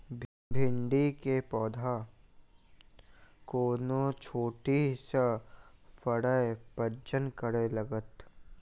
भिंडीक पौधा कोना छोटहि सँ फरय प्रजनन करै लागत?